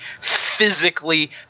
physically